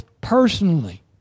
personally